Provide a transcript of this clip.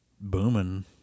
booming